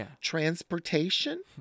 Transportation